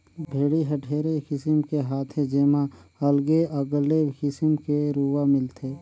भेड़ी हर ढेरे किसिम के हाथे जेम्हा अलगे अगले किसिम के रूआ मिलथे